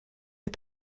les